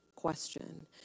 question